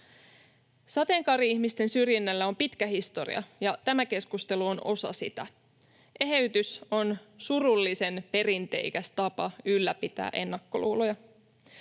Sateenkaari-ihmisten syrjinnällä on pitkä historia, ja tämä keskustelu on osa sitä. Eheytys on surullisen perinteikäs tapa ylläpitää ennakkoluuloja.